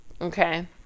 okay